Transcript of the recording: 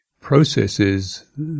processes